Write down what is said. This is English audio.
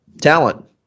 talent